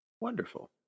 Wonderful